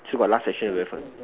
still got last section left ah